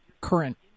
current